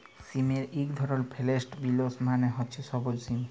সিমের ইক ধরল ফেরেল্চ বিলস মালে হছে সব্যুজ সিম